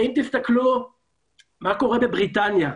בריטניה,